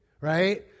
right